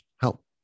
help